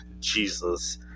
Jesus